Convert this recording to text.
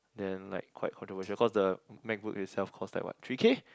then like quite controversial cause the MacBook itself cost like what three K